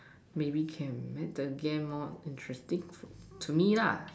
maybe can make the game more interesting for to me lah